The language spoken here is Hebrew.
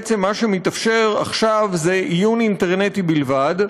בעצם מה שמתאפשר עכשיו זה עיון אינטרנטי בלבד,